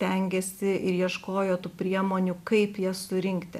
stengėsi ir ieškojo tų priemonių kaip jas surinkti